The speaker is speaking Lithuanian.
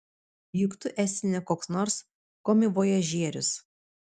juk tu esi ne koks nors komivojažierius